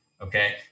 okay